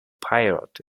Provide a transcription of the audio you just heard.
pilot